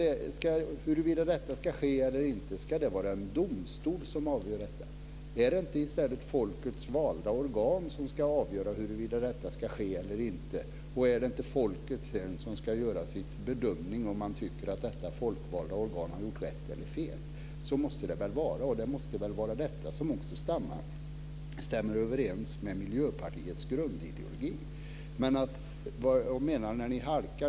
Huruvida det ska ske eller inte, ska det avgöras av en domstol? Är det inte i stället folkets valda organ som ska avgöra huruvida detta ska ske eller inte, och är det inte folket som sedan ska göra sin bedömning om man tycker att detta folkvalda organ har gjort rätt eller fel? Så måste det väl vara, och det måste väl vara detta som också stämmer överens med Miljöpartiets grundideologi?